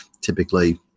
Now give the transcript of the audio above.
typically